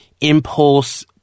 impulse